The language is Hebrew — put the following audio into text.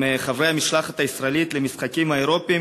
הם חברי המשלחת הישראלית למשחקים האירופיים